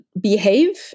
behave